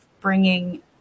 bringing